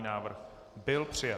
Návrh byl přijat.